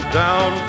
down